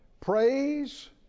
praise